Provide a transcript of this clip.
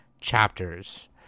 chapters